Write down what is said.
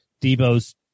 Debo's